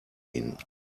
ihn